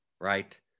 right